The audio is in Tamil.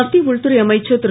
மத்திய உள்துறை அமைச்சர் திரு